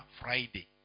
Friday